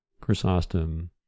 Chrysostom